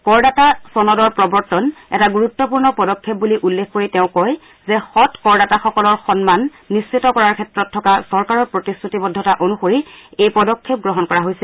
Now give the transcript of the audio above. কৰ দাতা চনদৰ প্ৰৱৰ্তন এটা গুৰুত্পূৰ্ণ পদক্ষেপ বুলি উল্লেখ কৰি তেওঁ কয় যে সং কৰদাতাসকলৰ সন্মান নিশ্চিত কৰাৰ ক্ষেত্ৰত থকা চৰকাৰৰ প্ৰতিশ্ৰুতিবদ্ধতা অনুসৰি এই পদক্ষেপ গ্ৰহণ কৰা হৈছে